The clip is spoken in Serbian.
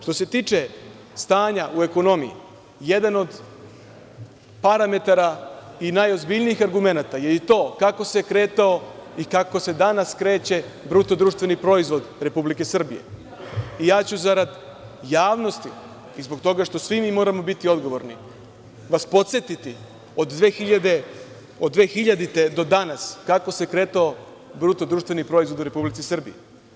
Što se tiče stanja u ekonomiji, jedan od parametara i najozbiljnijih argumenata je i to kako se kretao i kako se danas kreće BDP Republike Srbije i ja ću zarad javnosti i zbog toga što svi mi moramo biti odgovorni ja ću vas podsetiti od 2000. godine do danas kako se kretao BDP u Republici Srbiji.